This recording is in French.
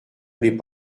les